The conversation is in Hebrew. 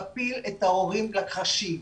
מפיל את ההורים לקרשים,